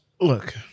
Look